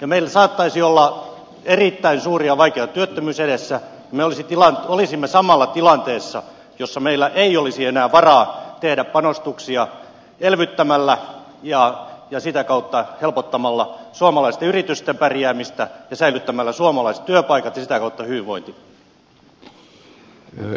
meillä saattaisi olla erittäin suuri ja vaikea työttömyys edessä ja me olisimme samalla tilanteessa jossa meillä ei olisi enää varaa tehdä panostuksia elvyttämällä ja sitä kautta helpottaa suomalaisten yritysten pärjäämistä ja säilyttää suomalaiset työpaikat ja sitä kautta hyvinvointi